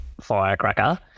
firecracker